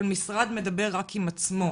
כל משרד מדבר רק עם עצמו,